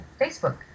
Facebook